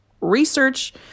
research